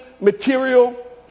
material